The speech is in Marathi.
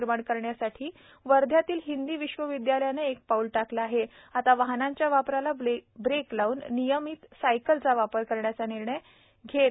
निर्माण करण्यासाठी वध्यातील हिंदी विश्वविद्यालयाने एक पाऊल टाकले आहे आता वाहनांच्या वापराला ब्रेक लावून नियमित सायकलचा वापर करण्याचा निर्णय त्याची केली घेत आहे